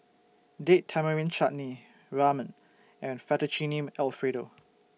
Date Tamarind Chutney Ramen and Fettuccine Alfredo